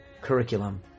curriculum